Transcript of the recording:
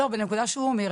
לא בנקודה שהוא אומר,